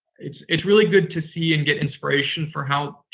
it's it's really good to see and get inspiration for how,